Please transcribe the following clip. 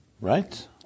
Right